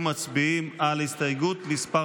מצביעים על הסתייגות מס'